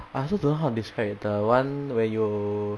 I also don't know how to describe the one where you